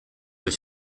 euch